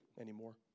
anymore